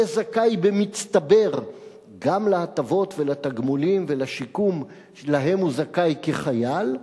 יהיה זכאי במצטבר גם להטבות ולתגמולים ולשיקום שלהם הוא זכאי כחייל,